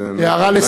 זה היה מאוד מעניין.